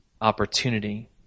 opportunity